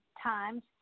times